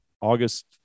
August